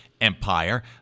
empire